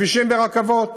בכבישים ורכבות.